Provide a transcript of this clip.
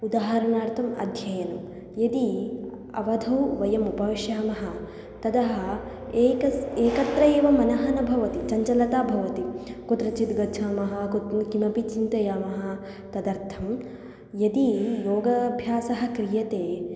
उदहरणार्थम् अध्ययनं यदि अवधौ वयम् उपविशामः तदा एकः एकत्र एव मनः न भवति चञ्चलता भवति कुत्रचित् गच्छामः कुत्र किमपि चिन्तयामः तदर्थं यदि योगाभ्यासः क्रियते